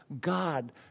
God